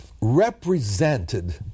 represented